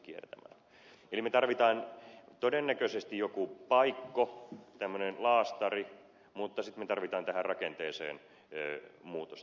eli me tarvitsemme todennäköisesti jonkin paikan tämmöisen laastarin mutta sitten me tarvitsemme tähän rakenteeseen muutosta